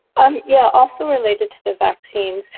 um yeah also related to the vaccines.